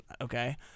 okay